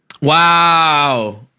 wow